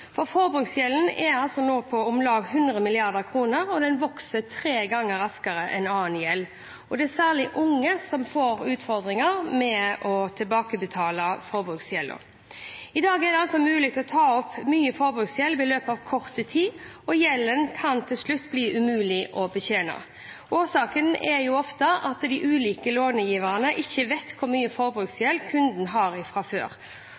uro. Forbruksgjelden er nå på om lag 100 mrd. kr, og den vokser tre ganger raskere enn annen gjeld. Det er særlig unge som får utfordringer med å tilbakebetale forbruksgjelden. I dag er det mulig å ta opp store forbrukslån i løpet av kort tid, og gjelden kan til slutt bli umulig å betjene. Årsaken er ofte at de ulike långiverne ikke vet hvor stor forbruksgjeld kunden har fra før.